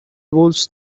wolves